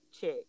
check